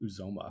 Uzoma